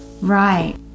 Right